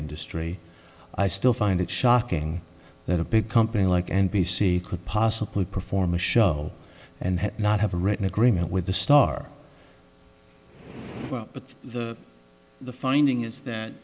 industry i still find it shocking that a big company like n b c could possibly perform a show and not have a written agreement with the star but the finding is that